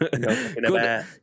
Good